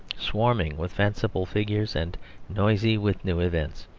swarming with fanciful figures and noisy with new events.